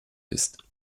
ist